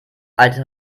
alter